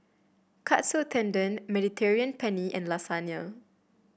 Katsu Tendon Mediterranean Penne and Lasagne